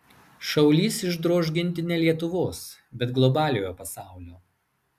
šaulys išdroš ginti ne lietuvos bet globaliojo pasaulio